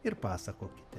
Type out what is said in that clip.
ir pasakokite